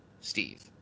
Steve